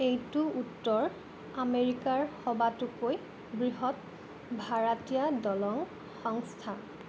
এইটো উত্তৰ আমেৰিকাৰ সবাতোকৈ বৃহৎ ভাৰাতীয়া দলং সংস্থা